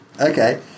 Okay